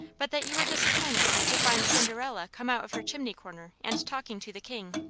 but that you were disappointed to find cinderella come out of her chimney corner and talking to the king.